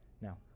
Now